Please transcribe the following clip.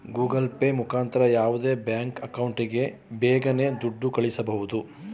Google Pay ಮುಖಾಂತರ ಯಾವುದೇ bank ಅಕೌಂಟಿಗೆ ಬಿರರ್ನೆ ದುಡ್ಡ ಕಳ್ಳಿಸ್ಬೋದು